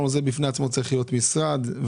שהרשות צריכה להיות משרד בפני עצמו,